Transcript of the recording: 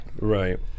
Right